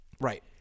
Right